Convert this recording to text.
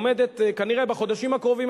עומדת כנראה בחודשים הקרובים,